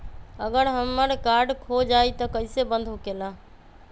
अगर हमर कार्ड खो जाई त इ कईसे बंद होकेला?